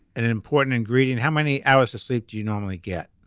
and an important ingredient how many hours of sleep do you normally get.